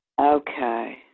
Okay